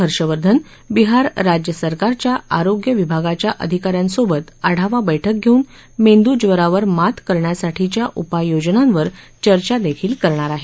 हर्षवर्धन बिहार राज्य सरकारच्या आरोग्य विभागाच्या अधिकाऱ्यांसोबत आढावा बैठक घेवून मेंदूज्वरावर मात करण्यासाठीच्या उपाययोजनांवर चर्चा करणार आहेत